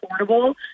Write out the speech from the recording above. affordable